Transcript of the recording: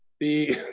the,